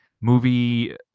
movie